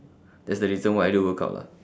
that's the reason why I do workout lah